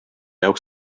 jaoks